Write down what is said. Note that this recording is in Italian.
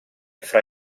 fra